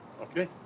okay